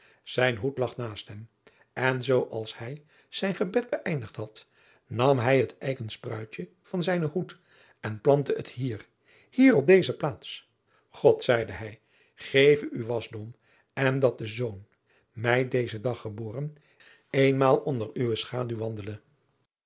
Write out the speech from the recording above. zijn hoed lag naast hem en zoo als hij zijn gebed geëindigd had nam hij het eiken spruitje van zijnen hoed en plantte het hier hier op deze plaats od zeide hij geve u wasdom en dat de zoon mij dezen dag geboren eenmaal onder uwe schaduw wandele